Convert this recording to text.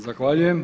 Zahvaljujem.